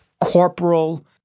corporal